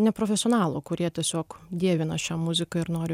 neprofesionalų kurie tiesiog dievina šią muziką ir nori